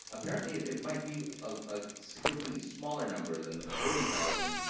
apparently, it might be a significantly smaller number than the forty thousand,